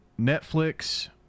Netflix